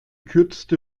kürzeste